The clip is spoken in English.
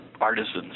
artisans